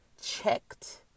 checked